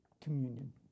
communion